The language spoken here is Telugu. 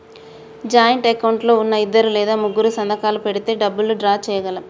జాయింట్ అకౌంట్ లో ఉన్నా ఇద్దరు లేదా ముగ్గురూ సంతకాలు పెడితేనే డబ్బులు డ్రా చేయగలం